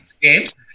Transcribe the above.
games